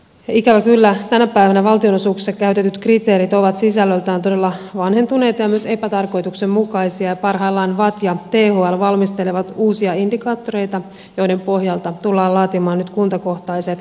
ikävä kyllä tänä päivänä valtionosuuksissa käytetyt kriteerit ovat sisällöltään todella vanhentuneita ja myös epätarkoituksenmukaisia ja parhaillaan vatt ja thl valmistelevat uusia indikaattoreita joiden pohjalta tullaan laatimaan nyt kuntakohtaiset laskelmat